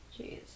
Jeez